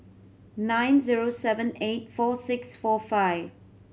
nine zero seven eight four six four five